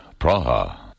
Praha